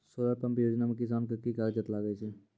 Solar pump योजना म किसान के की कागजात लागै छै?